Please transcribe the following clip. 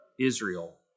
Israel